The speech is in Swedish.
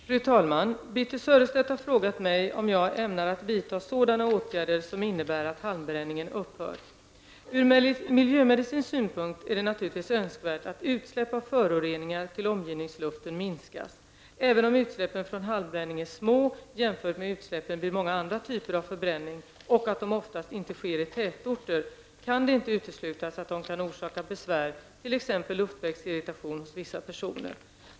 Fru talman! Birthe Sörestedt har frågat mig om jag ämnar att vidta sådana åtgärder som innebär att halmbränningen upphör. Ur miljömedicinsk synpunkt är det naturligtvis önskvärt att utsläpp av föroreningar till omgivningsluften minskas. Även om utsläppen från halmbränning är små jämfört med utsläppen vid många andra typer av förbränning och oftast inte sker i tätorter, kan det inte uteslutas att de kan orsaka besvär, t.ex. luftvägsirritation, hos vissa personer.